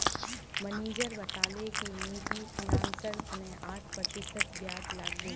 manager बताले कि निजी फिनांसेर तने आठ प्रतिशत ब्याज लागबे